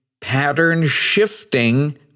pattern-shifting